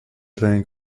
playing